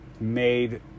made